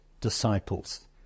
disciples